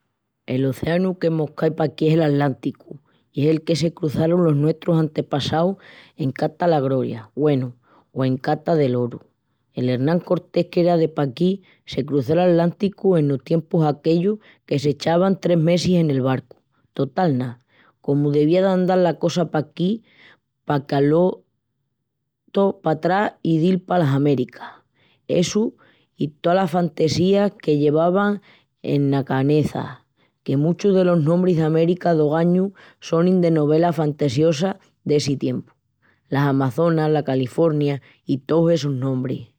L'oceanu que mos cai paquí es el Atlánticu i es el que se cruzarun los nuestrus antepassaus en cata la groria, güenu, o en cata del oru. El Hernán Cortés, qu'era de paquí, se cruzó l'Atlánticu enos tiempus aquellus que s'echavan tres mesis en el barcu. Total ná. Cómu devía d'andal la cosa paquí pa queá-lu tó patrás i dil palas Américas. Essu i tolas fantesías que llevavan ena caneça, que muchus delos nombris d'América d'ogañu sonin de novelas fantesiosas d'essi tiempu. Las Amazonas, la California i tous essus nombris.